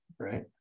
right